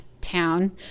town